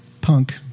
punk